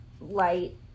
light